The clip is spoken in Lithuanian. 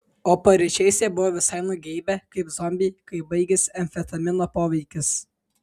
o paryčiais jie buvo visai nugeibę kaip zombiai kai baigėsi amfetamino poveikis